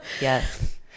yes